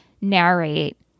narrate